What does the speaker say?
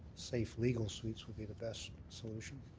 safe legal suites would be the best solution.